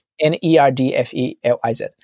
N-E-R-D-F-E-L-I-Z